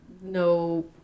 No